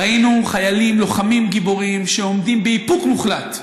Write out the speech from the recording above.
ראינו חיילים לוחמים גיבורים שעומדים באיפוק מוחלט.